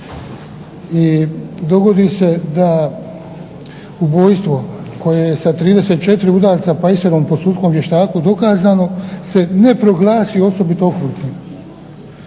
I dogodi se da ubojstvo koje je sa 34 udarca pajserom po sudskom vještaku dokazno se ne proglasi osobito okrutnim